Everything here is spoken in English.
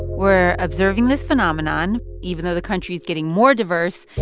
we're observing this phenomenon. even though the country is getting more diverse,